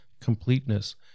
completeness